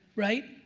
right?